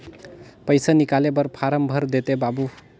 पइसा निकाले बर फारम भर देते बाबु?